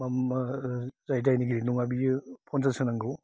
जाय दायनिगिरि नङा बियो फनसास होनांगौ